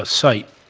ah site,